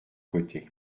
côté